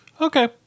Okay